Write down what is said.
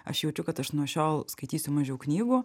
aš jaučiu kad aš nuo šiol skaitysiu mažiau knygų